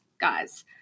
guys